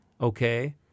Okay